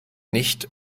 nicht